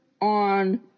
on